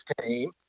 team